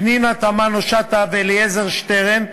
פנינה תמנו-שטה ואלעזר שטרן,